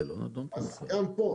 אז גם פה,